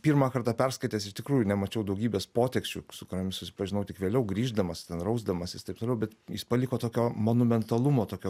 pirmą kartą perskaitęs iš tikrųjų nemačiau daugybės poteksčių su kuriomis susipažinau tik vėliau grįždamas ten rausdamasis taip toliau bet jis paliko tokio monumentalumo tokio